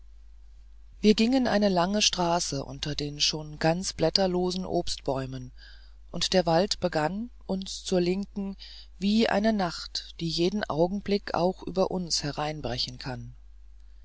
wir gingen eine lange straße unter schon ganz blätterlosen obstbäumen und der wald begann uns zur linken wie eine nacht die jeden augenblick auch über uns hereinbrechen kann